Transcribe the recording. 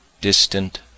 Distant